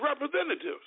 representatives